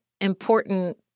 important